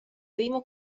primo